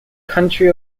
country